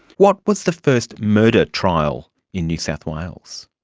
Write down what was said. what was the first murder trial in new south wales?